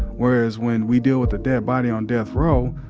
whereas when we deal with a dead body on death row,